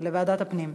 לוועדת הפנים.